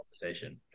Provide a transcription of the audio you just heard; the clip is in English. conversation